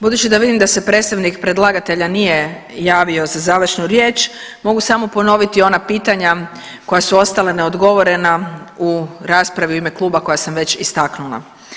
Budući da vidim da se predstavnik predlagatelja nije javio za završnu riječ, mogu samo ponoviti ona pitanja koja su ostala neodgovorena u raspravi u ime kluba koja sam već istaknula.